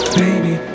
baby